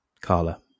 Carla